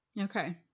Okay